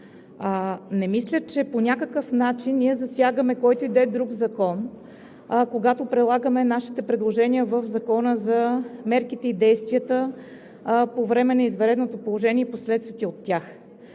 не мисля, че по някакъв начин ние засягаме който и да е друг закон, когато прилагаме нашите предложения в Закона за мерките и действията по време на извънредното положение и последствията от тях.